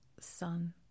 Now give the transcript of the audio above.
son